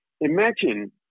imagine